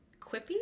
Quippy